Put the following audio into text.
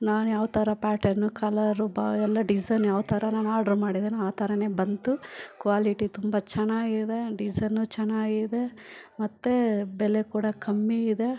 ನಾನು ಯಾವ್ತರ pattern colour ಪಾ ಎಲ್ಲ ಡಿಸೈನ್ ಯಾವ್ತರ ನಾನು ಆರ್ಡ್ರ್ ಮಾಡಿದೆನೋ ಆ ಥರ ಬಂತು ಕ್ವಾಲಿಟಿ ತುಂಬ ಚೆನ್ನಾಗಿದೆ ಡಿಸೈನು ಚೆನ್ನಾಗಿದೆ ಮತ್ತು ಬೆಲೆ ಕೂಡ ಕಮ್ಮಿ ಇದೆ